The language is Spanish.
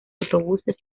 autobuses